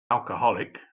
alcoholic